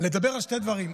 לדבר על שני דברים.